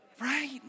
right